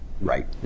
Right